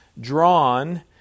drawn